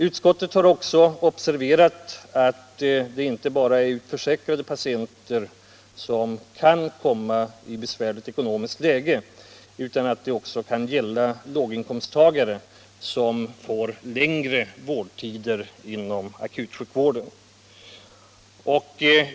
Utskottet har observerat att inte bara utförsäkrade patienter kan råka i ett besvärligt ekonomiskt läge utan att detta även kan gälla låginkomsttagare med längre vårdtider.